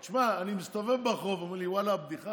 שמע, אני מסתובב ברחוב, ואומרים לי, ואללה הבדיחה